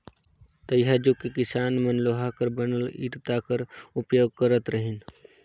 तइहाजुग मे किसान मन लोहा कर बनल इरता कर उपियोग करत रहिन